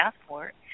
passport